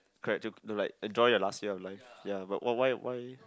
correct to to like enjoy your last year of life ya but what why why